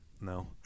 No